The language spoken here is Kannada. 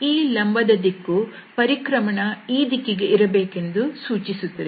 ಈ ಲಂಬದ ದಿಕ್ಕು ಪರಿಕ್ರಮಣ ಈ ದಿಕ್ಕಿಗೆ ಇರಬೇಕೆಂದು ಸೂಚಿಸುತ್ತದೆ